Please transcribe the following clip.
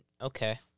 Okay